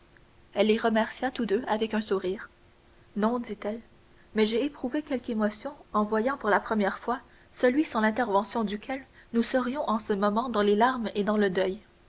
elle les remercia tous deux avec un sourire non dit-elle mais j'ai éprouvé quelque émotion en voyant pour la première fois celui sans l'intervention duquel nous serions en ce moment dans les larmes et dans le deuil